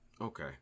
okay